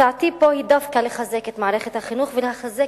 הצעתי פה היא דווקא לחזק את מערכת החינוך ולחזק